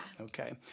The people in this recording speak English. Okay